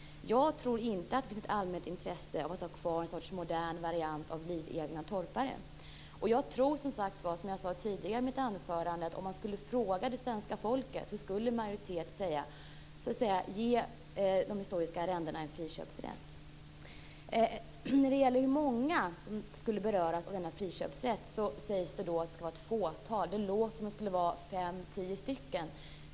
Jag tror inte att det finns ett allmänt intresse av att ha kvar ett slags modern variant av livegna torpare. Jag tror, som jag tidigare sade i mitt anförande, att skulle man fråga svenska folket skulle en majoritet ge friköpsrätt när det gäller de historiska arrendena. Det sägs att det skulle vara ett fåtal som berörs av denna friköpsrätt. Det låter som om det skulle vara fem, tio stycken.